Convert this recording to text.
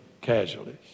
casualties